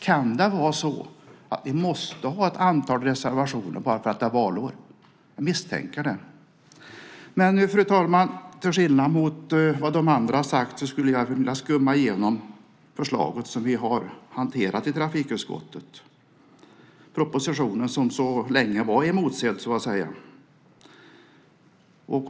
Kan det vara så att vi måste ha ett antal reservationer bara därför att det är valår? Jag misstänker det. Fru talman! Till skillnad från vad de andra har sagt skulle jag vilja skumma igenom regeringens förslag som vi har hanterat i trafikutskottet - regeringens länge emotsedda proposition så att säga.